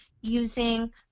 using